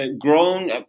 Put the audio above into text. grown